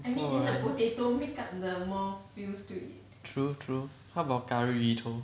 不然 true true how about curry 鱼头